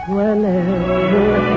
Whenever